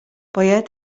باید